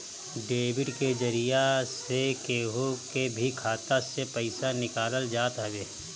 debit के जरिया से केहू के भी खाता से पईसा निकालल जात हवे